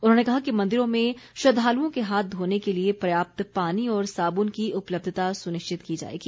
उन्होंने कहा कि मंदिरों में श्रद्धालुओं के हाथ धोने के लिए पर्याप्त पानी और साबुन की उपलब्धता सुनिश्चित की जाएगी